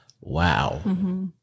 Wow